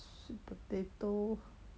sweet potato